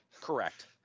Correct